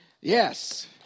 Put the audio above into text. Yes